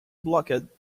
blocked